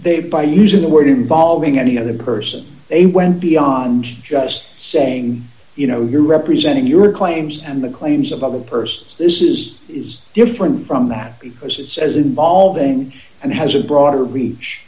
they by using the word involving any other person they went beyond just saying you know you're representing your claims and the claims of a purse this is is different from the happy as it says involving and has a broader reach